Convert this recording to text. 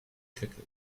cackle